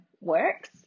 works